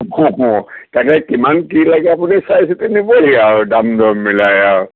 তাকে কিমান কি লাগে আপুনি চাই চিতি নিবহি আৰু দাম দৰ মিলাই আৰু